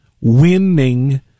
winning